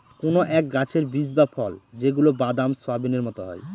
কোনো এক গাছের বীজ বা ফল যেগুলা বাদাম, সোয়াবিনের মতো হয়